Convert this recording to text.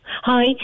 Hi